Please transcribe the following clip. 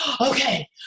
okay